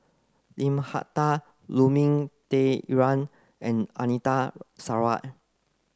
Lim Hak Tai Lu Ming Teh Earl and Anita Sarawak